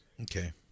Okay